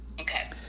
Okay